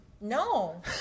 no